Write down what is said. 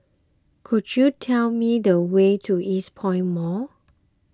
could you tell me the way to Eastpoint Mall